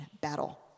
battle